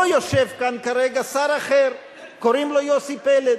לא יושב כאן כרגע שר אחר, קוראים לו יוסי פלד,